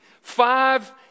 five